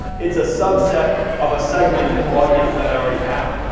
it's a subset of a segmented audience that i already have.